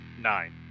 nine